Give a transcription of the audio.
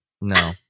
No